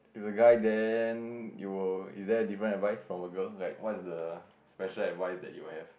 if it's a guy then you will is there a different advice from a girl like what's the special advice that you will have